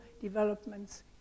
developments